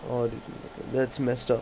orh that's messed up